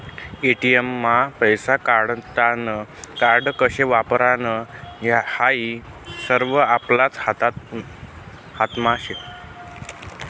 ATM मा पैसा काढानं कार्ड कशे वापरानं हायी सरवं आपलाच हातमा शे